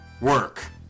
work